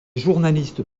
journalistes